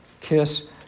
kiss